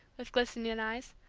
with glistening eyes.